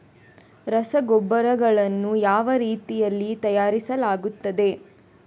ರಸಗೊಬ್ಬರಗಳನ್ನು ಯಾವ ರೀತಿಯಲ್ಲಿ ತಯಾರಿಸಲಾಗುತ್ತದೆ?